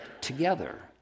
together